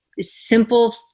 simple